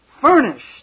furnished